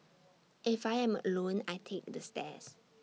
if I am alone I take the stairs